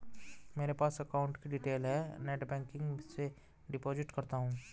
मेरे पास अकाउंट की डिटेल है मैं नेटबैंकिंग से डिपॉजिट करता हूं